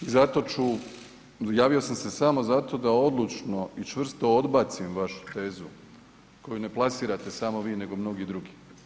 I zato ću, javio sam se samo zato da odlučno i čvrsto odbacim vašu tezu koju ne plasirate samo vi nego i mnogi drugi.